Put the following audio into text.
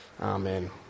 Amen